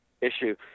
issue